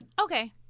Okay